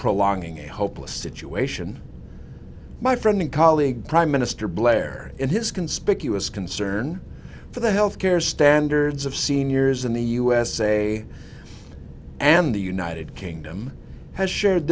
prolonging a hopeless situation my friend and colleague prime minister blair in his conspicuous concern for the health care standards of seniors in the usa and the united kingdom has shared